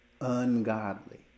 Ungodly